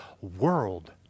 world